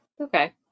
Okay